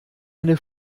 eine